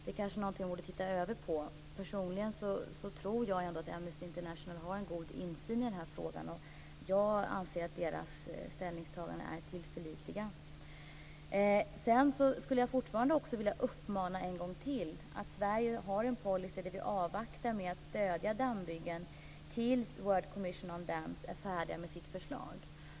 Det är kanske något man borde titta över. Personligen tror jag ändå att Amnesty International har en god insyn i frågan. Jag anser att Amnestys ställningstaganden är tillförlitliga. Sedan skulle jag fortfarande vilja uppmana ännu en gång till att Sverige har en policy där vi avvaktar med att stödja dammbyggen tills The World Commission on Dams är färdigt med sitt förslag.